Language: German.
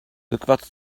rückwärts